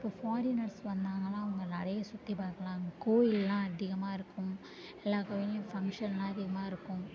இப்போ ஃபாரினர்ஸ் வந்தாங்கன்னா அவங்க நிறைய சுற்றி பார்க்கலாம் கோயில்லாம் அதிகமாக இருக்கும் எல்லா கோவில்லையும் ஃபங்க்ஷன்லாம் அதிகமாக இருக்கும்